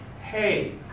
hey